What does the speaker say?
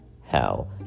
hell